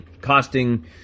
Costing